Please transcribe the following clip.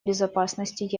безопасности